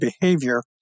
behavior